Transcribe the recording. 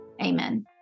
amen